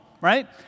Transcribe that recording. right